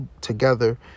together